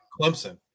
Clemson